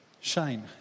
Shane